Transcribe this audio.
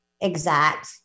exact